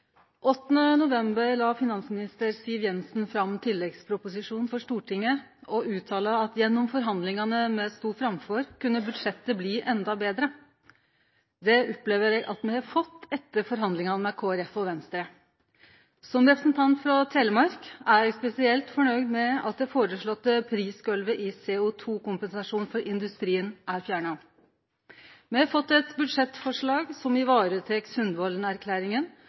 8. november la finansminister Siv Jensen fram tilleggsproposisjonen for Stortinget og uttalte at gjennom forhandlingane me stod framfor, kunne budsjettet bli endå betre. Det opplever eg at me har fått etter forhandlingane med Kristeleg Folkeparti og Venstre. Som representant frå Telemark er eg spesielt fornøgd med at det foreslåtte prisgolvet i CO2-kompensasjonen for industrien er fjerna. Me har fått eit budsjettforslag som